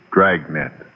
Dragnet